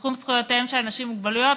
בתחום זכויותיהם של אנשים עם מוגבלויות,